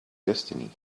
destiny